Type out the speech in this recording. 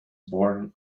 born